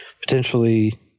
potentially